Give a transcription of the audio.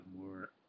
more